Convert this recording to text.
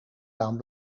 dame